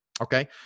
Okay